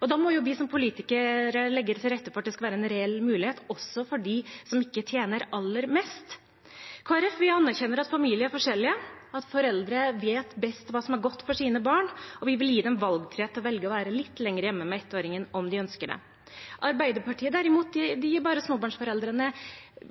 små. Da må vi som politikere legge til rette for at det skal være en reell mulighet også for dem som ikke tjener aller mest. Kristelig Folkeparti anerkjenner at familier er forskjellige, at foreldre vet best hva som er godt for deres barn, og vi vil gi dem valgfrihet til å være litt lenger hjemme med ettåringen om de ønsker det. Arbeiderpartiet, derimot, gir småbarnsforeldrene